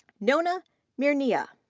nona mehrnia.